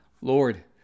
Lord